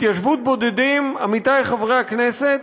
התיישבות בודדים, עמיתיי חברי הכנסת,